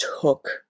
took